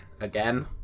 Again